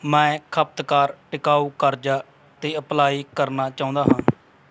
ਮੈਂ ਖਪਤਕਾਰ ਟਿਕਾਊ ਕਰਜ਼ਾ 'ਤੇ ਅਪਲਾਈ ਕਰਨਾ ਚਾਹੁੰਦਾ ਹਾਂ